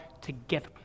together